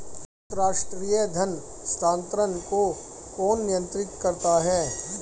अंतर्राष्ट्रीय धन हस्तांतरण को कौन नियंत्रित करता है?